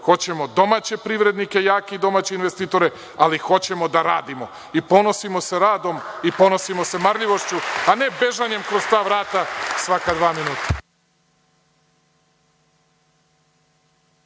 hoćemo domaće privrednike, jake i domaće investitore, ali hoćemo da radimo. I ponosimo se radom, ponosimo se marljivošću, a ne bežanjem kroz ta vrata svaka dva minuta.